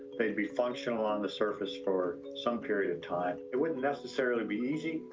they'd be functional on the surface for some period of time. it wouldn't necessarily be easy,